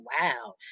wow